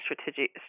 strategic